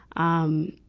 um,